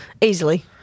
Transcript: Easily